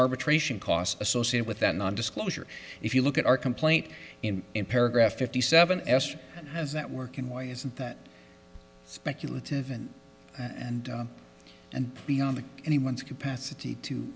arbitration costs associated with that non disclosure if you look at our complaint in in paragraph fifty seven s has that working why is it that speculative in and and beyond anyone's capacity to